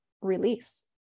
release